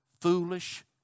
foolish